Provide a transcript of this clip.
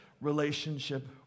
relationship